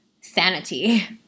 sanity